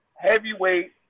heavyweight